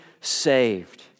saved